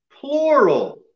Plural